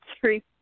three